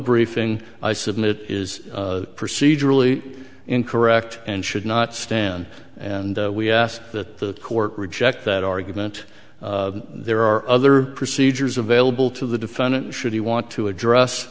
briefing i submit is procedurally incorrect and should not stand and we asked that the court reject that argument there are other procedures available to the defendant should he want to address